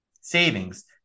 savings